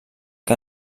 que